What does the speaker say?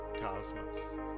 cosmos